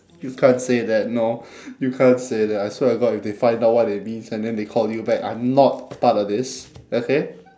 you can't say that no you can't say that I swear to god if they find out what it means and then they call you back I am not part of this okay